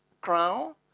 crown